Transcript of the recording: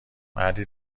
مردی